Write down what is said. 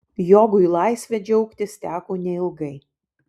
jogui laisve džiaugtis teko neilgai